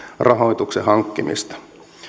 rahoituksen hankkimista